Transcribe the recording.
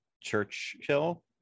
Churchill